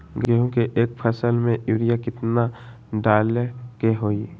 गेंहू के एक फसल में यूरिया केतना डाले के होई?